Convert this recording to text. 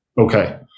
okay